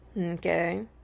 okay